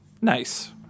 Nice